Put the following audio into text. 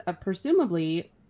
presumably